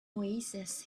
oasis